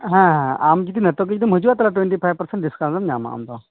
ᱦᱮᱸ ᱦᱮᱸ ᱟᱢ ᱡᱩᱫᱤ ᱱᱤᱛᱚᱜ ᱜᱮᱢ ᱦᱤᱡᱩᱜᱼᱟ ᱛᱟᱦᱚᱞᱮ ᱴᱩᱭᱮᱱᱴᱤ ᱯᱷᱟᱭᱤᱵᱷ ᱯᱟᱨᱥᱮᱱ ᱰᱤᱥᱠᱟᱣᱩᱱᱴᱮᱢ ᱧᱟᱢᱟ ᱟᱢᱫᱚ